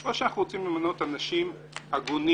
או שאנחנו רוצים למנות אנשים הגונים,